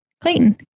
clayton